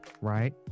right